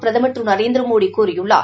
பிரதமர் திரு நரேந்திரமோடி கூறியுள்ளார்